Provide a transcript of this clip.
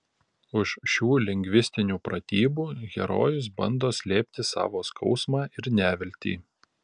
už šių lingvistinių pratybų herojus bando slėpti savo skausmą ir neviltį